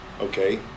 Okay